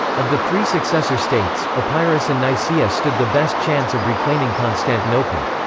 of the three successor states, epirus and nicaea stood the best chance of reclaiming constantinople.